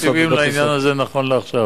אין תקציבים לעניין הזה נכון לעכשיו.